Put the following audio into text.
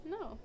No